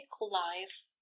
life